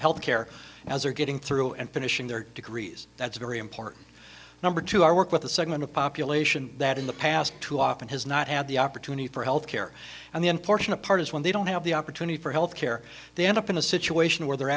health care as are getting through and finishing their degrees that's a very important number to our work with a segment of population that in the past too often has not had the opportunity for health care and the unfortunate part is when they don't have the opportunity for health care they end up in a situation where they're